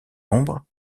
nombre